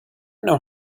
know